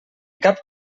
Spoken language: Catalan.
cap